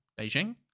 Beijing